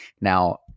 now